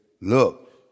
look